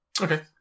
Okay